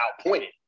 outpointed